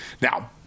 now